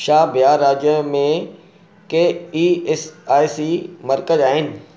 छा बिहार राज्य में के ई एस आइ सी मर्कज़ु आहिनि